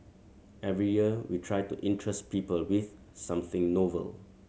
every year we try to interest people with something novel